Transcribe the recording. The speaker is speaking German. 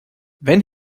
wenn